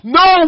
no